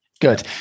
good